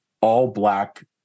all-black